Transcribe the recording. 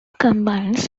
combines